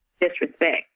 disrespect